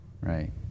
Right